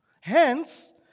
Hence